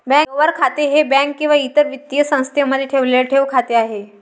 व्यवहार खाते हे बँक किंवा इतर वित्तीय संस्थेमध्ये ठेवलेले ठेव खाते आहे